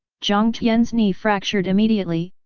jiang tian's knee fractured immediately,